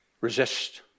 resist